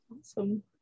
Awesome